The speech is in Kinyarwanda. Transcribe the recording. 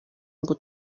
ngo